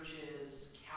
churches